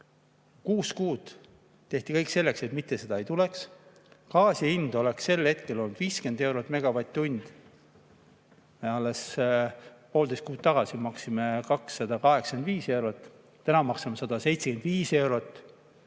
Kuus kuud tehti kõik selleks, et seda mitte ei tuleks. Gaasi hind oleks sel hetkel olnud 50 eurot megavatt-tunni eest. Alles poolteist kuud tagasi me maksime 285 eurot, täna maksame 175 eurot